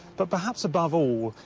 but perhaps above all,